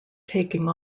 taking